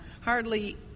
hardly